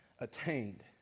attained